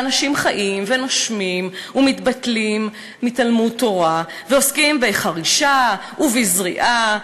ואנשים חיים ונושמים ומתבטלים מתלמוד תורה ועוסקים בחרישה ובזריעה,